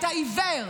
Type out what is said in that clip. שקרנית.